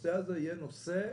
הנושא הזה יהיה מטופל,